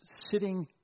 sitting